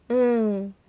mm